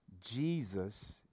Jesus